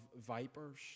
vipers